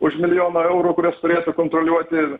už milijoną eurų kurios turėtų kontroliuoti